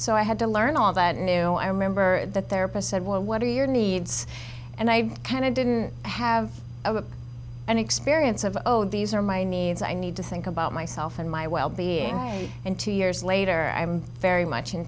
so i had to learn all that new i remember that their press said well what are your needs and i kind of didn't have a an experience of oh these are my needs i need to think about myself and my well being and two years later i'm very much in